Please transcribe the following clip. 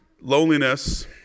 Loneliness